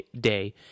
day